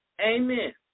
Amen